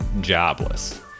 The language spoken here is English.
jobless